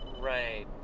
Right